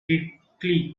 quickly